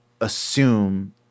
assume